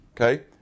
Okay